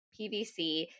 PVC